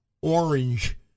orange